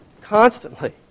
constantly